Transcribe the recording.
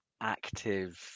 active